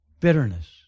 bitterness